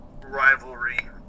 rivalry